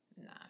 Nah